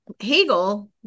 Hegel